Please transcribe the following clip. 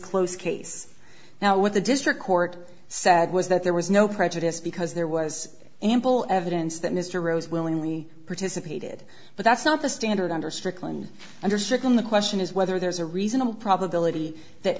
close case now with the district court said was that there was no prejudice because there was ample evidence that mr rose willingly participated but that's not the standard under strickland under strickland the question is whether there's a reasonable probability that